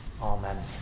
Amen